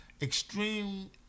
extreme